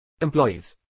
Employees